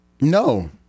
No